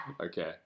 Okay